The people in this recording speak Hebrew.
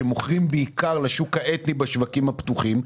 שם מוכרים בעיקר לשוק האתני בשווקים הפתוחים,